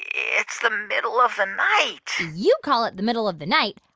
it's the middle of the night you call it the middle of the night.